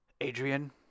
Adrian